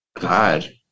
God